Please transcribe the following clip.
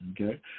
okay